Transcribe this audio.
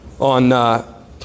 on